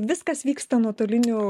viskas vyksta nuotoliniu